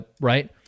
Right